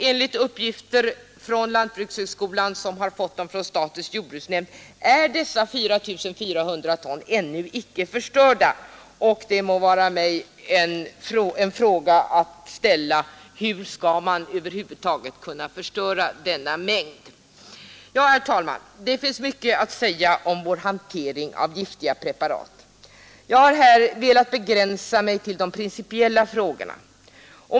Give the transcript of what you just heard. Enligt uppgift från lantbrukshögskolan, som i sin tur fått den från statens jordbruksnämnd, är dessa 4 400 ton ännu icke förstörda. Jag ställer också frågan hur man över huvud taget skall kunna förstöra detta stora parti. Herr talman! Det finns mycket att säga om vår hantering av giftiga preparat. Jag har här velat begränsa mig till de principiella frågorna.